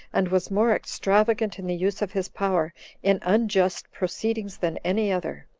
and was more extravagant in the use of his power in unjust proceedings than any other.